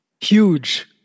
Huge